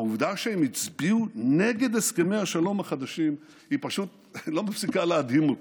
העובדה שהם הצביעו נגד הסכמי השלום החדשים פשוט לא מפסיקה להדהים אותי,